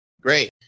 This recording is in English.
Great